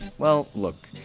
well, look,